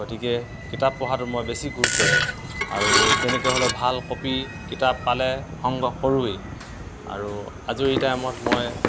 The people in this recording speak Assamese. গতিকে কিতাপ পঢ়াটো মই বেছি গুৰুত্ব দিওঁ আৰু যেনেকৈ হ'লেও ভাল কপি কিতাপ পালে সংগ্ৰহ কৰোৱেই আৰু আজৰি টাইমত মই